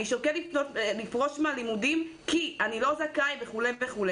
אני שוקל לפרוש מהלימודים כי אני לא זכאי וכו'.